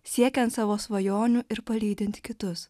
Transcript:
siekiant savo svajonių ir palydint kitus